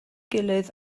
gilydd